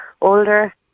older